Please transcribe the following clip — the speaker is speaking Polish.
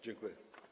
Dziękuję.